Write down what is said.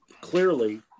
Clearly